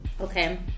Okay